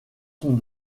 sont